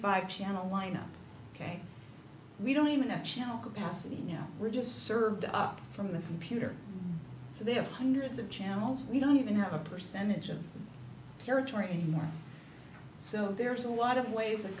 five channel lineup ok we don't even have channel capacity you know we're just served up from the computer so they have hundreds of channels we don't even have a percentage of the territory anymore so there's a lot of ways